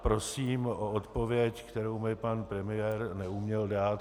Prosím o odpověď, kterou mi pan premiér neuměl dát.